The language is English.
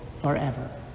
forever